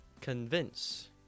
Convince